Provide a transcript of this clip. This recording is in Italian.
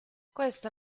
questa